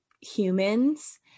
humans